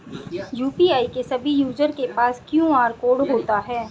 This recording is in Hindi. यू.पी.आई के सभी यूजर के पास क्यू.आर कोड होता है